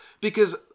because-